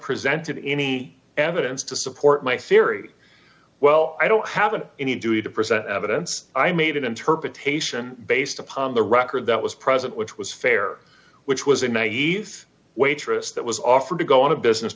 presented any evidence to support my theory well i don't have an any duty to present evidence i made an interpretation based upon the record that was present which was fair which was in my ease waitress that was offered to go on a business